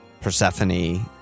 Persephone